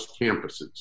campuses